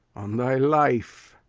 on thy life,